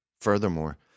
Furthermore